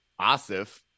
Asif